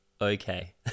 okay